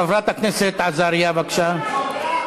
חברת הכנסת עזריה, בבקשה.